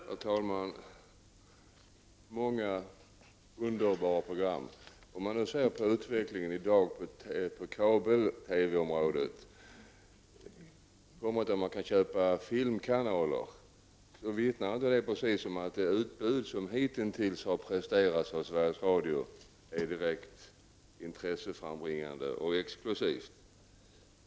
Herr talman! ”Många underbara program”, säger utbildningsministern. Utvecklingen i dag på kabel-TV-området, där man kan köpa in sig på filmkanaler, vittnar inte precis om att det utbud som hitintills har presterats av Sveriges Radio är direkt intresseframbringande och exklusivt.